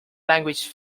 language